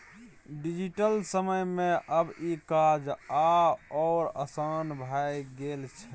digital समय मे आब ई काज आओर आसान भए गेल छै